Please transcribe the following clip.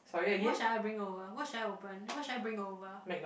what should I bring over what should I open what should I bring over